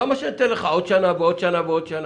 למה שאני אתן לך עוד שנה ועוד שנה ועוד שנה?